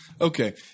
Okay